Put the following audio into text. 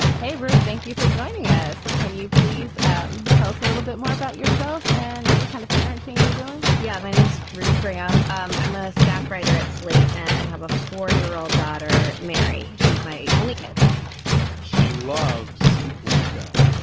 hey ruth. thank you for joining us. can you please um tell us a little bit more about yourself and what kind of parenting you're doing yeah. my name's ruth graham. i'm i'm a staff writer at slate and i have a four year old daughter mary she's my only kid and she loves let it go